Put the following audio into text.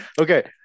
Okay